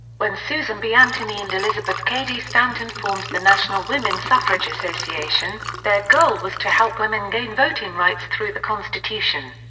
when susan b. anthony and elizabeth cady stanton formed the national women suffrage association, their goal was to help women gain voting rights through the constitution.